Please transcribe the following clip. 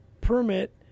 permit